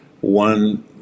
one